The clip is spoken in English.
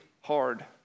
hard